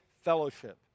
fellowship